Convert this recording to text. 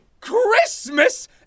Christmas